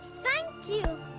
thank you!